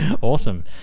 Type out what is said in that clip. Awesome